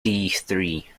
three